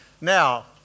Now